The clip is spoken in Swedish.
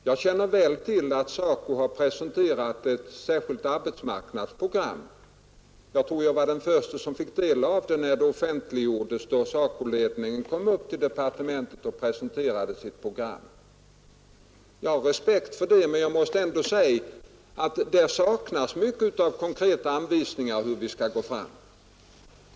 Jag känner väl till att SACO har lagt fram ett särskilt arbetsmarknadsprogram; jag tror att jag var den förste som fick del av det när det offentliggjordes, då .SACO-ledningen kom upp till departementet och presenterade sitt program. Jag har respekt för det, men där saknas ändå mycket av konkreta anvisningar om hur vi skall gå fram.